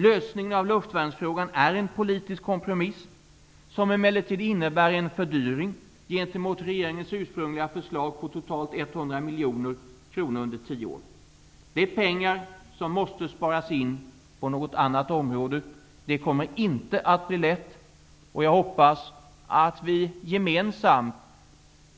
Lösningen av luftvärnsfrågan är en politisk kompromiss som emellertid innebär en fördyring gentemot regeringens ursprungliga förslag på totalt 100 miljoner kronor under tio år. Det är pengar som måste sparas in på något annat område. Det kommer inte att bli lätt, och jag hoppas att vi gemensamt